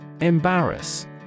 Embarrass